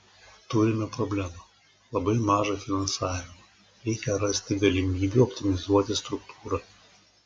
turime problemą labai mažą finansavimą reikia rasti galimybių optimizuoti struktūrą